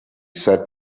said